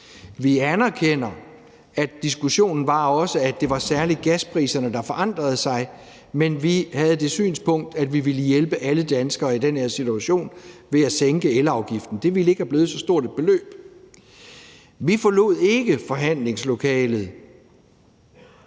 var, at det særlig var gaspriserne, der forandrede sig, men vi havde det synspunkt, at vi ville hjælpe alle danskere i den her situation ved at sænke elafgiften. Det ville ikke være blevet så stort et beløb. Vi forlod ikke forhandlingslokalet,